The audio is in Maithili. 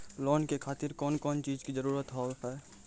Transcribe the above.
लोन के खातिर कौन कौन चीज के जरूरत हाव है?